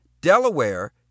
Delaware